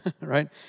right